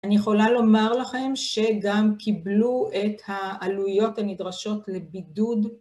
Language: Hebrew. אני יכולה לומר לכם שגם קיבלו את העלויות הנדרשות לבידוד